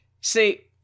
See